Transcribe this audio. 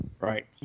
right